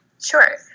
Sure